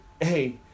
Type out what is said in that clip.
Hey